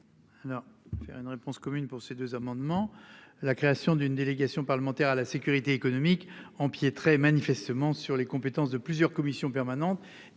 Non, faire une réponse commune pour ces deux amendements. La création d'une délégation parlementaire à la sécurité économique empiéteraient manifestement sur les compétences de plusieurs commissions permanentes